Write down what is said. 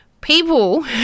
people